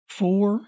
four